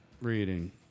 Reading